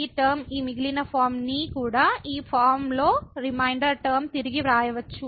ఈ టర్మ ఈ మిగిలిన ఫార్మ నీ కూడా ఈ ఫార్మ లో రిమైండర్ టర్మ తిరిగి వ్రాయవచ్చు